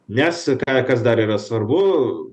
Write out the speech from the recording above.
nes ką kas dar yra svarbu